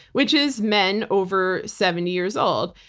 which is men over seven years old.